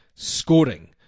scoring